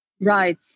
Right